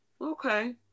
okay